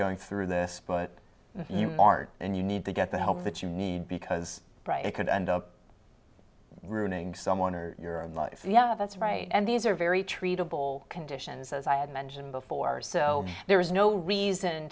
going through this but you mart and you need to get the help that you need because it could end up ruining someone or your life yeah that's right and these are very treatable conditions as i had mentioned before so there is no reason